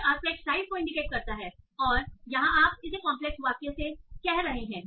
यह aspect size को indicate करता है और यहां आप इसे कॉम्प्लेक्स वाक्य से कह रहे हैं